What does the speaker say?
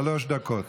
שלוש דקות.